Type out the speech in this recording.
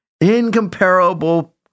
incomparable